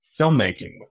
filmmaking